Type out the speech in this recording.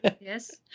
Yes